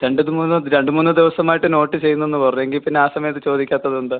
രണ്ട് ഇത് മൂന്ന് രണ്ട് മൂന്ന് ദിവസമായിട്ട് നോട്ട് ചെയ്യുന്നു എന്ന് പറഞ്ഞു എങ്കിൽ പിന്നെ ആ സമയത്ത് ചോദിക്കാത്തത് എന്താ